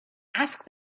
ask